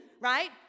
right